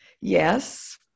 yes